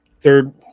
third